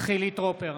חילי טרופר,